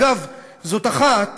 אגב, זאת אחת